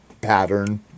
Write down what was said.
pattern